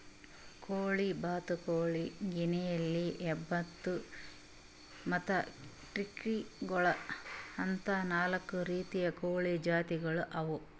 ಕೋಳಿ, ಬಾತುಕೋಳಿ, ಗಿನಿಯಿಲಿ, ಹೆಬ್ಬಾತು ಮತ್ತ್ ಟರ್ಕಿ ಗೋಳು ಅಂತಾ ನಾಲ್ಕು ರೀತಿದು ಕೋಳಿ ಜಾತಿಗೊಳ್ ಅವಾ